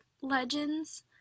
legends